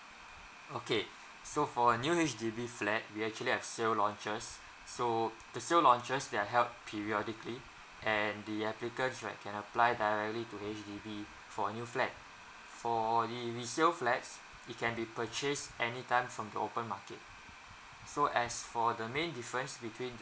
okay so for a new H_D_B flat we actually have sale launches so the sale launches that are held periodically and the applicants right can apply directly to H_D_B for a new flat for the resale flats it can be purchased any time from the open market so as for the main difference between the